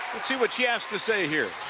and see what she has to say here.